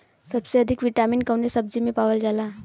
सबसे अधिक विटामिन कवने सब्जी में पावल जाला?